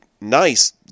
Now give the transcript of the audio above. nice